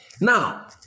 now